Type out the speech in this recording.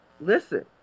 listen